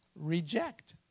reject